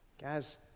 Guys